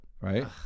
Right